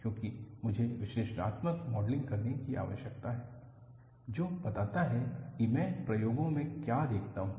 क्योंकि मुझे विश्लेषणात्मक मॉडलिंग करने की आवश्यकता है जो बताता है कि मैं प्रयोगों में क्या देखता हूं